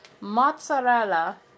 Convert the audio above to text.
mozzarella